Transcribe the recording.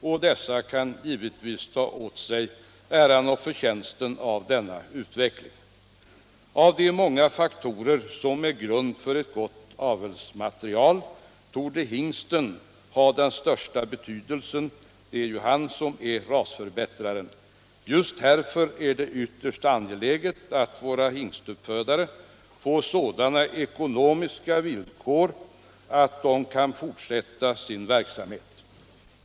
Dessa kan ta åt sig äran och förtjänsten av denna utveckling. Av de många faktorer som ger grunden för ett gott avelsmaterial torde hingsten ha den största betydelsen — det är ju han som är rasförbättraren. Just därför är det ytterst angeläget att våra hingstuppfödare får sådana ekonomiska villkor att de kan fortsätta sin verksamhet.